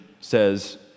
says